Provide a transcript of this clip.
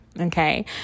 okay